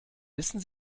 wissen